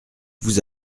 vous